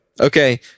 Okay